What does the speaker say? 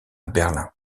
berlin